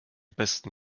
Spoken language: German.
besten